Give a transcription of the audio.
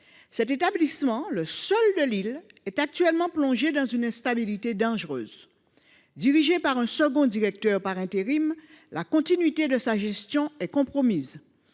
Cet établissement, le seul de l’île, est actuellement plongé dans une instabilité dangereuse. Comme il est dirigé par un second directeur par intérim, la continuité de sa gestion est compromise.